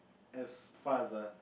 as find the